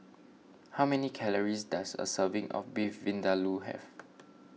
how many calories does a serving of Beef Vindaloo have